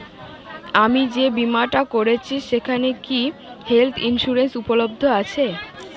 আমি যে বীমাটা করছি সেইখানে কি হেল্থ ইন্সুরেন্স উপলব্ধ আছে?